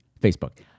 Facebook